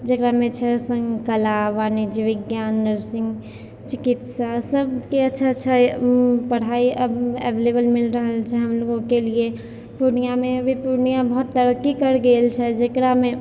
जकरामे छै कला वाणिज्य विज्ञान नर्सिंग चिकित्सा सबके अच्छा अच्छा पढ़ाइ अवेलेबल मिलि रहल छै हमलोगोके लिए पूर्णियामे अभी पूर्णिया बहुत तरक्की कर गेल छै जकरामे